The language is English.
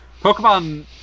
Pokemon